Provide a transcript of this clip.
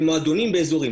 במועדונים ובעוד אזורים.